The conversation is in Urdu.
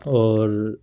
اور